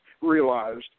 realized